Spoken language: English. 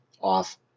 off